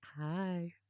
Hi